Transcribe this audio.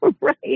Right